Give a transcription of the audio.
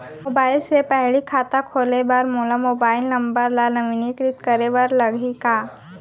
Mobile से पड़ही खाता खोले बर मोला मोबाइल नंबर ल नवीनीकृत करे बर लागही का?